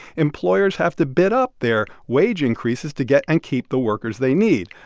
employers have to bid up their wage increases to get and keep the workers they need.